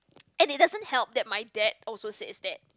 and it doesn't help that my dad also says that